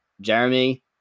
Jeremy